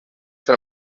del